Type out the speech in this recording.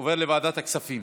עוברת לוועדת הכספים.